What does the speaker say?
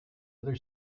other